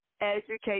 Educate